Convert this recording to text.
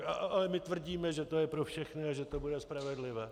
Ale my tvrdíme, že to je pro všechny a že to bude spravedlivé.